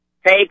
Hey